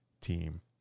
team